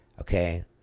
okay